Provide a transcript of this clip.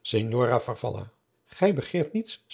signora farfalla gij begeert niets